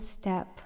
step